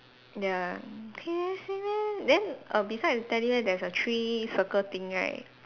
ya then err beside the teddy bear there's a three circle thing right